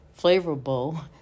flavorful